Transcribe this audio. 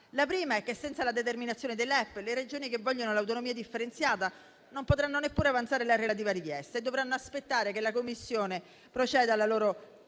La prima è che senza la determinazione dei LEP le Regioni che vogliono l'autonomia differenziata non potranno neppure avanzarne richiesta e dovranno aspettare che la Commissione proceda alla loro